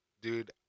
Dude